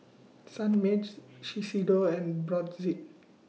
Sunmaid Shiseido and Brotzeit